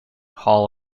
hall